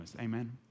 Amen